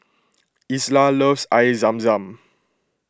Isla loves Air Zam Zam